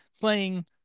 playing